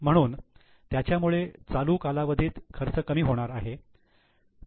म्हणून याच्यामुळे चालू कालावधीत खर्च कमी होणार आहे